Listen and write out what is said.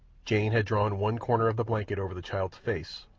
jane had drawn one corner of the blanket over the child's face,